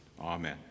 Amen